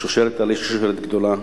השושלת גדולה.